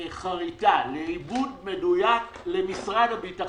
לחריטה, לעיבוד מדויק למשרד הביטחון.